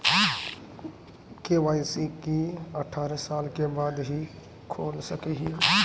KYC की अठारह साल के बाद ही खोल सके हिये?